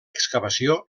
excavació